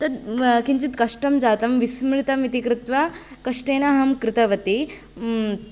तत् किञ्चित् कष्टं जातं विस्मृतमिति कृत्वा कष्टेन अहं कृतवती